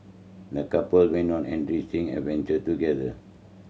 the couple went on an enriching adventure together